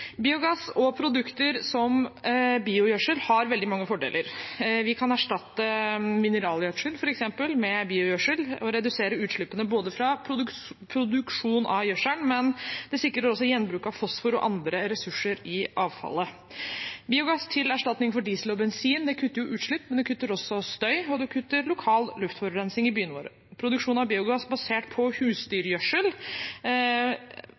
Biogass og produkter som biogjødsel har veldig mange fordeler. Vi kan erstatte mineralgjødsel, f.eks., med biogjødsel og redusere utslippene fra produksjon av gjødselen. Det sikrer også gjenbruk av fosfor og andre ressurser i avfallet. Biogass til erstatning for diesel og bensin kutter utslipp, men det kutter også støy og lokal luftforurensning i byene våre. Produksjon av biogass basert på